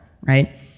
right